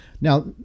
Now